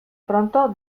pronto